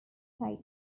state